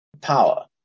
power